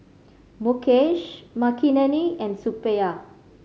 Mukesh Makineni and Suppiah